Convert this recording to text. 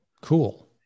Cool